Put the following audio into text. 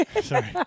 Sorry